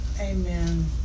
Amen